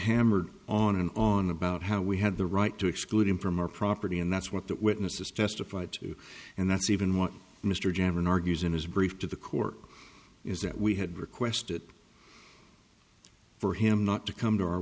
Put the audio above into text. hammered on and on about how we had the right to exclude him from our property and that's what that witnesses testified to and that's even what mr jenner and argues in his brief to the court is that we had requested for him not to come to our